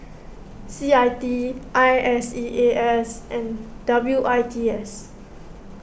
C I T I I S E A S and W I T S